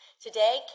Today